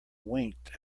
winked